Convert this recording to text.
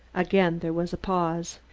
again there was a pause.